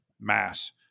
mass